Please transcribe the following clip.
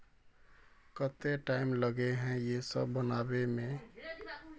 केते टाइम लगे है ये सब बनावे में?